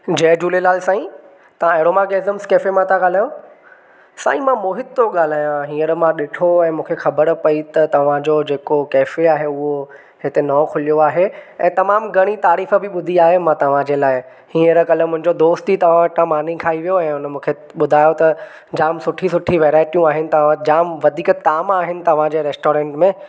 जय झूलेलाल साईं तव्हां aroma cafe मां था ॻाल्हायो साईं मां मोहित थो ॻाल्हायां हींअर मां ॾिठो ऐं मूंखे ख़बर पई त तव्हांजो जेको कैफे आहे उहो हिते नओं खुलियो आहे ऐं तमामु घणी तारीफ़ बि ॿुधी आहे मां तव्हांजे लाइ हींअर कल्ह मुंहिंजो दोस्त ई तव्हां वटां मानी खाई वियो ऐं उन मूंखे ॿुधायो त जाम सुठी सुठी वैराइटियूं आहिनि तव्हां जाम वधीक ताम आहिनि तव्हांजे रेस्टोरेंट में